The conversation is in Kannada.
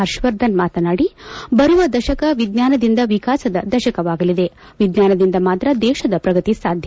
ಪರ್ಷವರ್ಧನ್ ಮಾತನಾಡಿ ಬರುವ ದಶಕ ವಿಜ್ಞಾನದಿಂದ ವಿಕಾಸದ ದಶಕವಾಗಲಿದೆ ವಿಜ್ಞಾನದಿಂದ ಮಾತ್ರ ದೇಶದ ಪ್ರಗತಿ ಸಾಧ್ಯ